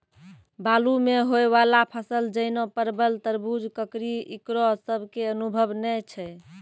बालू मे होय वाला फसल जैना परबल, तरबूज, ककड़ी ईकरो सब के अनुभव नेय छै?